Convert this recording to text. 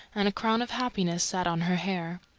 and a crown of happiness sat on her hair.